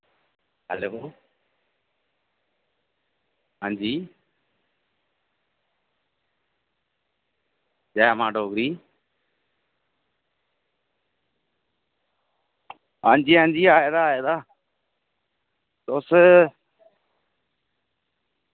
आं जी जै मां डोगरी जै मां डोगरी आं जी आं जी आए दा आए दा तुस